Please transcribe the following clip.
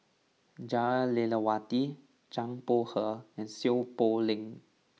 Jah Lelawati Zhang Bohe and Seow Poh Leng